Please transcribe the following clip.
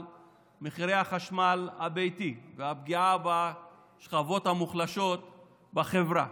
מחירי החשמל הביתי והפגיעה בשכבות המוחלשות בחברה,